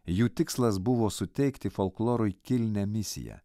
jų tikslas buvo suteikti folklorui kilnią misiją